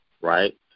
right